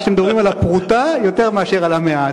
כשמדברים על הפרוטה יותר מאשר על המאה.